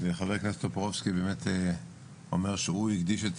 ח"כ טופורובסקי באמת אומר שהוא הקדיש את